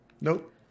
Nope